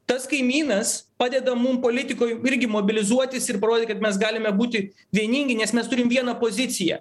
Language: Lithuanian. tas kaimynas padeda mum politikoj irgi mobilizuotis ir parodyt kad mes galime būti vieningi nes mes turim vieną poziciją